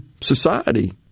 society